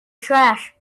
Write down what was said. trash